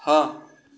हँ